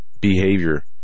behavior